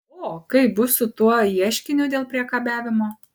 o kaip bus su tuo ieškiniu dėl priekabiavimo